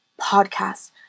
podcast